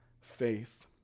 faith